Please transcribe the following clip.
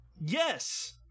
yes